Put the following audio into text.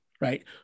right